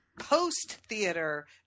post-theater